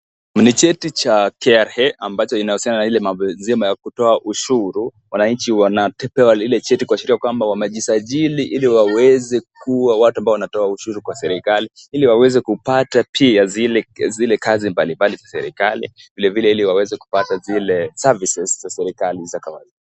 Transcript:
Ni cheti cha KRA ambacho kinahusianana na ile mambo nzima ya kutoa ushuru, wananchi wanapewa ile cheti kuashiria kwamba wanajisajili ili waweze kuwa watu ambao wanaotoa ushuru kwa serikali iliwaweze kupata pia zile kazi mbalimali za serikali vilevile ili waweze kupata zile services za serikali za kawaida.